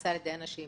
שנעשו על ידי אנשים,